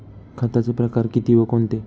खताचे प्रकार किती व कोणते?